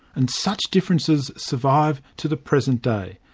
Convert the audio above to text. and such differences survive to the present day.